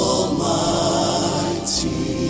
Almighty